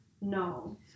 no